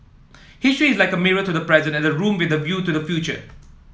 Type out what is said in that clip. history is like a mirror to the present and a room with a view to the future